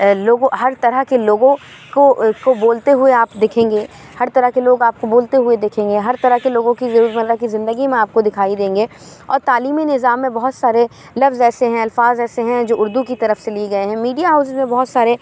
لوگو ہر طرح کے لوگوں کو کو بولتے ہوئے آپ دکھیں گے ہرطرح کے لوگ آپ کو بولتے ہوئے دکھیں گے ہر طرح کے لوگوں کی روز مرّہ کی زندگی میں آپ کو دکھائی دیں گے اور تعلیمی نظام میں بہت سارے لفظ ایسے ہیں الفاظ ایسے ہیں جو اُردو کی طرف سے لیے گیے ہیں میڈیا ہاوسیز میں بہت سارے